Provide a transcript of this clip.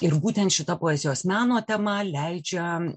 ir būtent šita poezijos meno tema leidžia